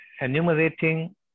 enumerating